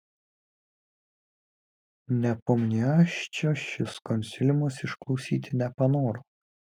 nepomniaščio šis konsiliumas išklausyti nepanoro